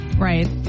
Right